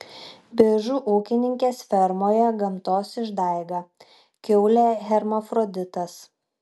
biržų ūkininkės fermoje gamtos išdaiga kiaulė hermafroditas